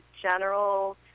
general